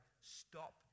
stop